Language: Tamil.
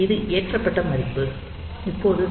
இது ஏற்றப்பட்ட மதிப்பு இப்போது நாம் p1